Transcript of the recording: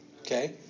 okay